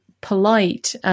polite